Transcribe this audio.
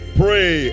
pray